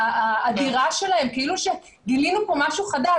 האדירה שלהם כאילו שגילינו פה משהו חדש?